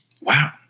Wow